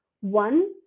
One